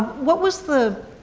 what was the,